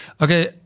okay